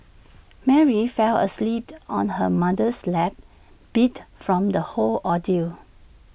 Mary fell asleep on her mother's lap beat from the whole ordeal